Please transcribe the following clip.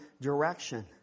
direction